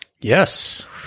Yes